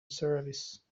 service